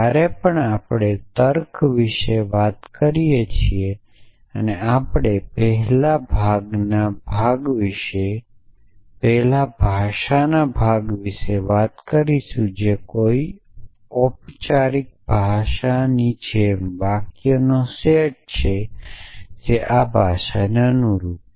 જ્યારે પણ આપણે તર્ક વિશે વાત કરીએ છીએ આપણે પહેલા ભાષાના ભાગ વિશે વાત કરીશું જે કોઈપણ ઑપચારિક ભાષાની જેમ વાક્યનો સેટ છે જે આ ભાષાને અનુરૂપ છે